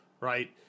right